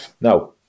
Now